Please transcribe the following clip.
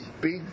Big